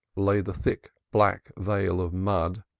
lay the thick, black veil of mud,